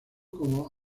como